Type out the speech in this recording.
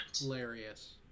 Hilarious